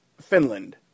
Finland